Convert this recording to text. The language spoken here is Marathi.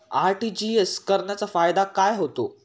आर.टी.जी.एस करण्याचा फायदा काय होतो?